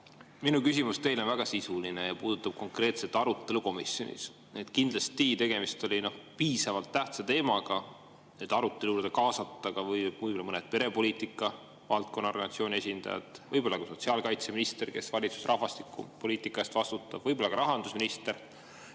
minu küsimus teile on väga sisuline ja puudutab konkreetset arutelu komisjonis. Kindlasti on tegemist piisavalt tähtsa teemaga, et arutelule kaasata ka mõned perepoliitika valdkonna organisatsiooni esindajad, võib-olla ka sotsiaalkaitseminister, kes valitsuses rahvastikupoliitika eest vastutab, võib-olla ka rahandusminister.